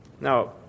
Now